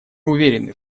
уверены